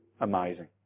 amazing